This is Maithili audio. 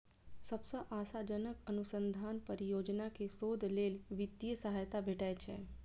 सबसं आशाजनक अनुसंधान परियोजना कें शोध लेल वित्तीय सहायता भेटै छै